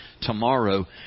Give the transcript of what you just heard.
tomorrow